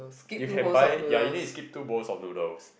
you can buy ya you need to skip two bowls of noodles